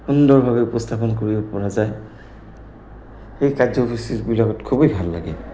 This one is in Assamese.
সুন্দৰভাৱে উপস্থাপন কৰিব পৰা যায় সেই কাৰ্যসূচীবিলাকত খুবেই ভাল লাগে